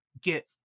get